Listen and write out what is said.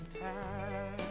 time